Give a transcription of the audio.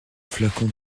flacon